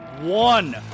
one